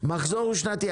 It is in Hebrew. שנתי,